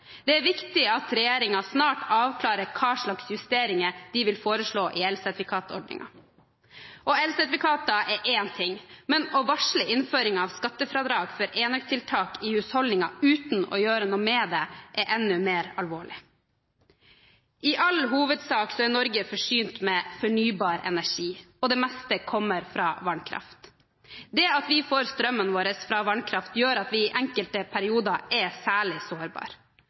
Det er viktig at regjeringen snart avklarer hva slags justeringer de vil foreslå i elsertifikatordningen. Elsertifikater er én ting, men å varsle innføring av skattefradrag for enøktiltak i husholdninger uten å gjøre noe med det er enda mer alvorlig. I all hovedsak er Norge forsynt med fornybar energi, og det meste kommer fra vannkraft. Det at vi får strømmen vår fra vannkraft, gjør at vi i enkelte perioder er særlig